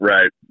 Right